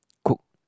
cook